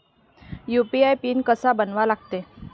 UPI PIN कसा बनवा लागते?